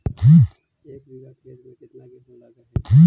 एक बिघा खेत में केतना गेहूं लग है?